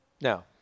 Now